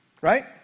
Right